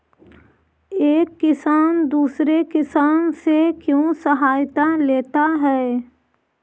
एक किसान दूसरे किसान से क्यों सहायता लेता है?